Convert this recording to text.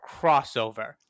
crossover